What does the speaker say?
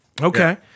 Okay